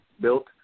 built